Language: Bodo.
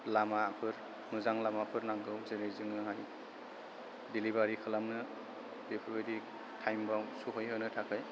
लामाफोर मोजां लामाफोर नांगौ जेरै जोङो हाय दिलिबारि खालामनो बेफोरबायदि टाइमाव सौहैहोनो थाखाय